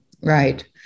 Right